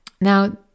Now